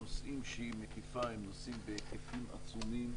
הנושאים שהיא מקיפה הם נושאים בהיקפים עצומים,